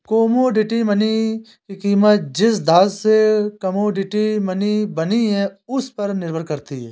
commodity money की कीमत जिस धातु से कोमोडिटी मनी बनी है उस पर निर्भर करती है